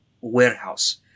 warehouse